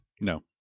No